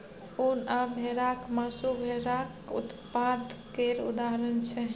उन आ भेराक मासु भेराक उत्पाद केर उदाहरण छै